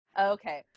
Okay